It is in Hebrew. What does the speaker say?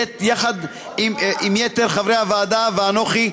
יחד עם יתר חברי הוועדה ואנוכי,